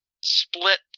split